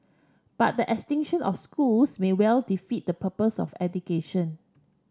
but the extinction of schools may well defeat the purpose of education